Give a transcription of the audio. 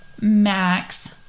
Max